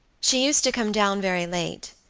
she used to come down very late,